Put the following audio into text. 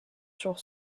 sur